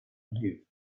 lived